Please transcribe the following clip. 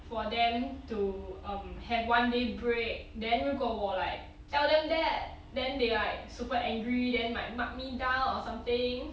for them to have one day break then 如果我 like tell them that then they might super angry then might mark me down or something